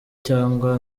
cyangwa